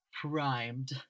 primed